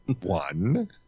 One